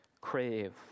crave